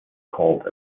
called